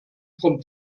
from